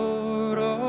Lord